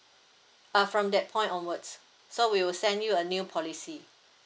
err from that point onwards so we will send you a new policy